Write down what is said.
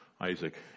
Isaac